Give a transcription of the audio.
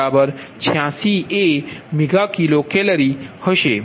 86 86 એ Mkcal હશે